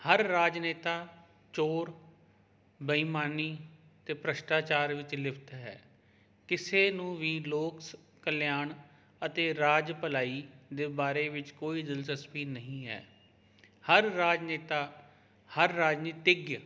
ਹਰ ਰਾਜਨੇਤਾ ਚੋਰ ਬੇਈਮਾਨੀ ਅਤੇ ਭ੍ਰਿਸ਼ਟਾਚਾਰ ਵਿੱਚ ਲੁਪਤ ਹੈ ਕਿਸੇ ਨੂੰ ਵੀ ਲੋਕ ਕਲਿਆਣ ਅਤੇ ਰਾਜ ਭਲਾਈ ਦੇ ਬਾਰੇ ਵਿੱਚ ਕੋਈ ਦਿਲਚਸਪੀ ਨਹੀਂ ਹੈ ਹਰ ਰਾਜਨੇਤਾ ਹਰ ਰਾਜਨੀਤਿਕ